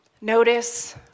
notice